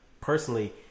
personally